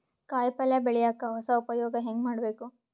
ಕಾಯಿ ಪಲ್ಯ ಬೆಳಿಯಕ ಹೊಸ ಉಪಯೊಗ ಹೆಂಗ ಮಾಡಬೇಕು?